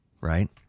right